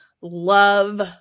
love